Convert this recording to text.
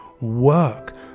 work